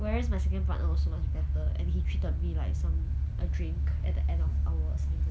whereas my second partner was so much better and he treated me like some a drink at the end of our assignment